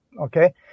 Okay